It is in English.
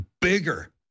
bigger